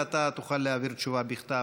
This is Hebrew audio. ואתה תוכל להעביר תשובה בכתב,